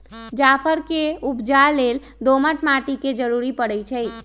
जाफर के उपजा लेल दोमट माटि के जरूरी परै छइ